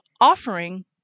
offering